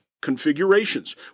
configurations